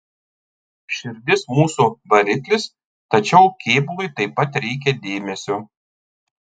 širdis mūsų variklis tačiau kėbului taip pat reikia dėmesio